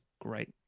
Great